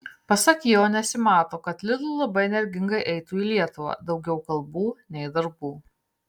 pasak jo nesimato kad lidl labai energingai eitų į lietuvą daugiau kalbų nei darbų